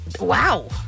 wow